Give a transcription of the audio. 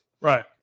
right